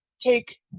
take